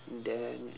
then